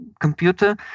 computer